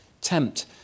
tempt